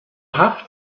haft